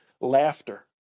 laughter